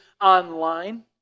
online